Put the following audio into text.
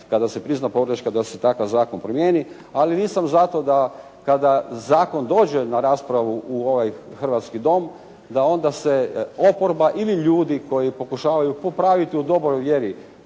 kada se prizna pogreška, da se takav zakon promijeni. Ali nisam za to da kada zakon dođe na raspravu u ovaj hrvatski Dom, da onda se oporba ili ljudi koji pokušavaju popraviti u dobroj vjeri